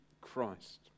Christ